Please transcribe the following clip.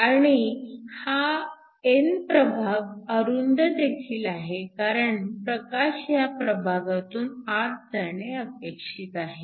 आणि हा n प्रभाग अरुंद देखील आहे कारण प्रकाश ह्या प्रभागातून आत जाणे अपेक्षित आहे